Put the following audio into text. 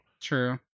true